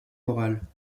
morales